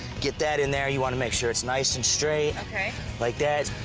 get that in there. you want to make sure it's nice and straight. okay. like that.